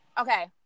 okay